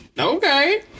okay